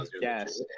Yes